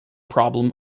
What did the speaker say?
problem